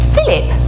Philip